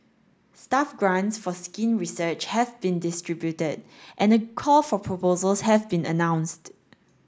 staff grants for skin research have been distributed and a call for proposals has been announced